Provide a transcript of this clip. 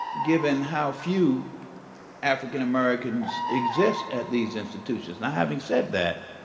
given how few african americans exist at these institutions. now, having said that,